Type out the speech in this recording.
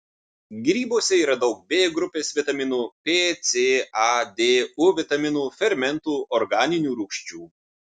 grybuose yra daug b grupės vitaminų p c a d u vitaminų fermentų organinių rūgščių